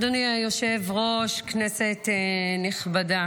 אדוני היושב-ראש, כנסת נכבדה,